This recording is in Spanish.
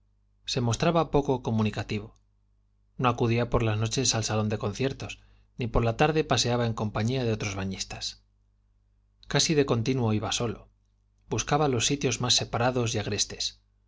se mostraba poco comunicativo ni por la tarde noches al salón de conciertos por las de otros bañistas paseaba en compañía buscaba los sitios más casi de continuo iba solo sobre la hierba ó sobre las separados y agrestes